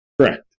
Correct